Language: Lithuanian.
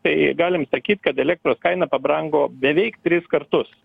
tai galim sakyt kad elektros kaina pabrango beveik tris kartus